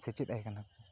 ᱥᱮᱪᱮᱫᱟᱭ ᱠᱟᱱᱟ